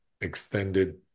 extended